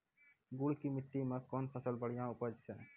गुड़ की मिट्टी मैं कौन फसल बढ़िया उपज छ?